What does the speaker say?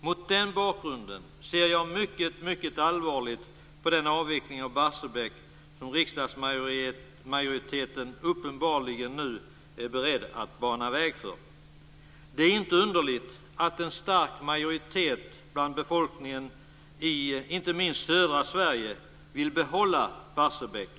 Mot den bakgrunden ser jag synnerligen allvarligt på den avveckling av Barsebäck som riksdagsmajoriteten nu uppenbarligen är beredd att bana väg för. Det är inte underligt att en stark majoritet bland befolkningen, inte minst i södra Sverige, vill behålla Barsebäck.